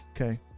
Okay